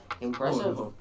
Impressive